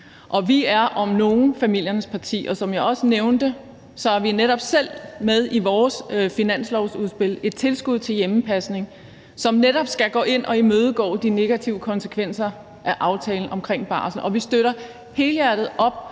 Vi er om nogen familiernes parti, og som jeg også nævnte, har vi netop selv med i vores finanslovsudspil et tilskud til hjemmepasning, som netop skal gå ind at imødegå de negative konsekvenser af aftalen omkring barsel. Og vi støtter helhjertet op